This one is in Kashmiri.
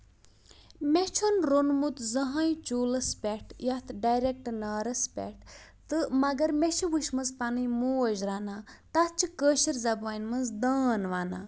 مےٚ چھُ نہٕ روٚنمُت زٔہنۍ چولس پٮ۪ٹھ یَتھ ڈریکٹ نارَس پٮ۪ٹھ تہٕ مَگر مےٚ چھِ وُچھ مَژٕ پَنٕنۍ موج رَنان تَتھ چھِ کٲشِر زَبٲنۍ منٛز دٲن وَنان